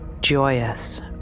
joyous